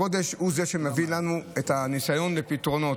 הגודש הוא שמביא לנו את הניסיון לפתרונות.